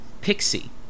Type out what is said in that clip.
Pixie